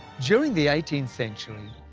during the eighteenth century,